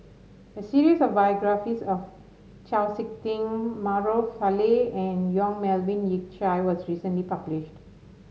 a series of biographies of Chau SiK Ting Maarof Salleh and Yong Melvin Yik Chye was recently published